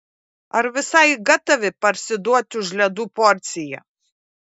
ar visai gatavi parsiduot už ledų porciją